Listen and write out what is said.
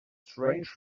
strange